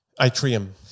Atrium